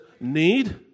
need